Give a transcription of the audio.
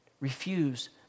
refuse